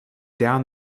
down